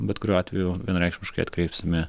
bet kuriuo atveju vienareikšmiškai atkreipsime